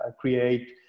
create